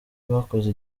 bakoze